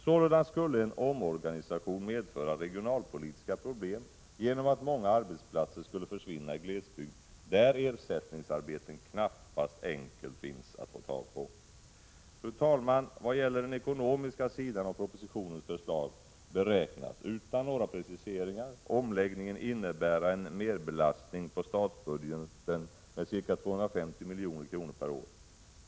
Sålunda skulle en omorganisation medföra regionalpolitiska problem genom att många arbetsplatser skulle försvinna i glesbygd där ersättningsarbeten knappast finns att få. Fru talman! När det gäller den ekonomiska sidan av propositionens förslag beräknas, utan några preciseringar, omläggningen innebära en merbelastning på statsbudgeten med ca 250 milj.kr. per år.